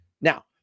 Now